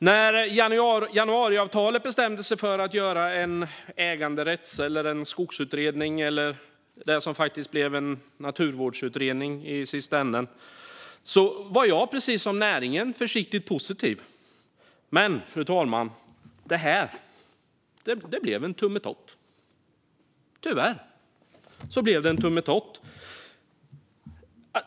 När man i och med januariavtalet bestämde sig för att göra en äganderätts eller skogsutredning, som faktiskt blev en naturvårdsutredning i slutänden, var jag precis som näringen försiktigt positiv. Men, fru talman, det blev tyvärr en tummetott.